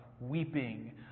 weeping